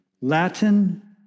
Latin